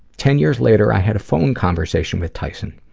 ten years later, i had a phone conversation with tyson.